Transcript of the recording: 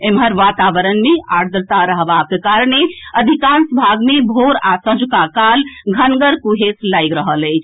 एम्हर वातावरण मे आर्द्रता रहबाक कारणे अधिकांश भाग मे भोर आ सांझक काल घनगर कुहेस लागि रहल अछि